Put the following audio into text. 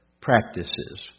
practices